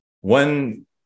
one